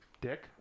Dick